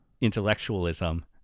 intellectualism